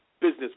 business